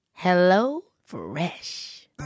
HelloFresh